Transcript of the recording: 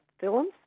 films